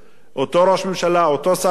אותו ראש ממשלה, אותו שר אוצר,